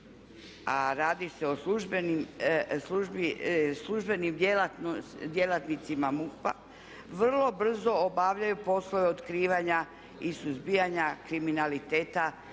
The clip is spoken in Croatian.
a radi se o službenim djelatnicima MUP-a vrlo brzo obavljaju poslove otkrivanja i suzbijanja kriminaliteta